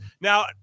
Now